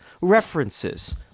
references